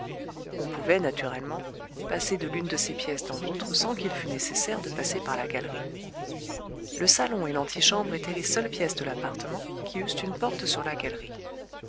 on pouvait naturellement passer de l'une de ces pièces dans l'autre sans qu'il fût nécessaire de passer par la galerie le salon et l'antichambre étaient les seules pièces de l'appartement qui eussent une porte sur la galerie